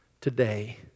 Today